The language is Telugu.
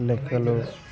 లెక్కలు